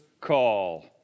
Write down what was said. call